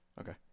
Okay